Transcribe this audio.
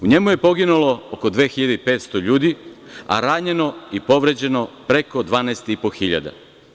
U njemu je poginulo oko 2.500 ljudi, a ranjeno i povređeno preko 12.500.